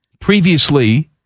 previously